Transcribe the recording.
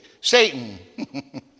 Satan